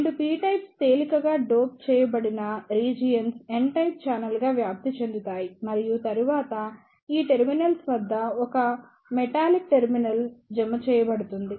రెండు p types తేలికగా dope చేయబడిన రీజియన్స్ n టైప్ ఛానెల్గా వ్యాప్తి చెందుతాయి మరియు తరువాత ఈ టెర్మినల్స్ వద్ద ఒక మెటాలిక్ టెర్మినల్ జమ చేయబడుతుంది